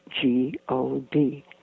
G-O-D